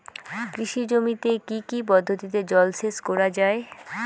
কৃষি জমিতে কি কি পদ্ধতিতে জলসেচ করা য়ায়?